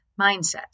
mindset